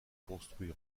construit